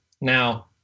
Now